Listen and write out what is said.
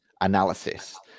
analysis